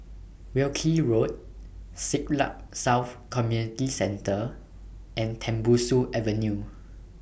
Wilkie Road Siglap South Community Centre and Tembusu Avenue